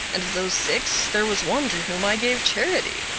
and of those six there was one to whom i gave charity.